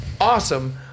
Awesome